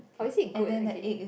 or is it good again